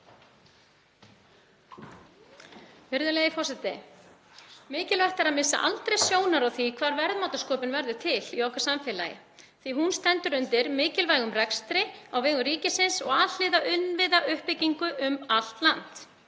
Mikilvægt er að missa aldrei sjónar á því hvar verðmætasköpun verður til í okkar samfélagi því að hún stendur undir mikilvægum rekstri á vegum ríkisins og alhliða innviðauppbyggingu um allt land.